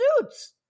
Suits